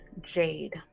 jade